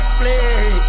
play